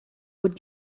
would